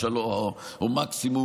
או מקסימום,